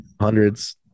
hundreds